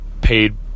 paid